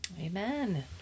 Amen